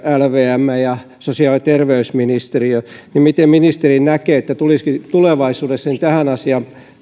lvm ja sosiaali ja terveysministeriö miten ministeri näkee miten tulevaisuudessa saadaan tähän asiaan